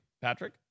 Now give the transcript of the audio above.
Patrick